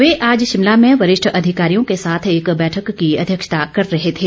वे आज शिमला में वरिष्ठ अधिकारियों के साथ एक बैठक की अध्यक्षता करते हुए बोल रहे थे